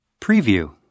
Preview